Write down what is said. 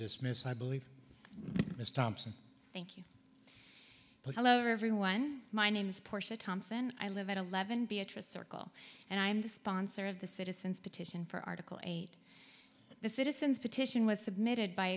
dismiss i believe is thompson thank you but hello everyone my name is portia thompson i live at eleven beatrice circle and i'm the sponsor of the citizen's petition for article eight the citizens petition was submitted by